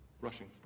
Rushing